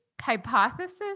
hypothesis